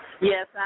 Yes